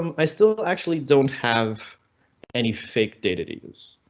um i still actually don't have any fake data to use,